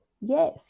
yes